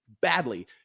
badly